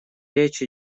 речь